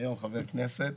היום חבר כנסת,